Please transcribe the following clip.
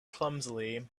clumsily